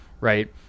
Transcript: right